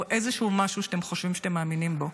איזשהו משהו שאתם חושבים שאתם מאמינים בו,